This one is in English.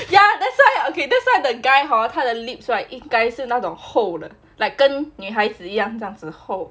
ya that's why okay that's why the guy hor 他的 lips right 应该是那种很厚的 like 跟女孩子一样那种厚